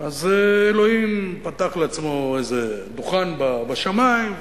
אז אלוהים פתח לעצמו איזה דוכן בשמים,